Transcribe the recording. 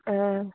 हय